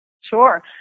Sure